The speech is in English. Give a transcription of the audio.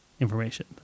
information